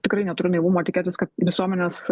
tikrai neturiu naivumo tikėtis kad visuomenės